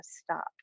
stop